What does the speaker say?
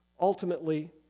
ultimately